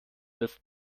ist